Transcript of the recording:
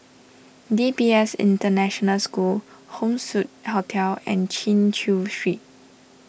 D P S International School Home Suite Hotel and Chin Chew Street